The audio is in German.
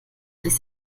sich